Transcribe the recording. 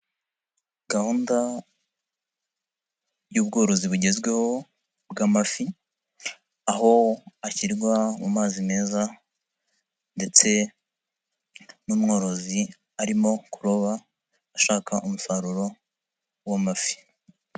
Gahunda y'ubworozi bugezweho bw'amafi aho ashyirwa mu mazi meza ndetse n'umworozi arimo kuroba ashaka umusaruro w'amafi.